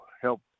help